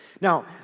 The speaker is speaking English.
Now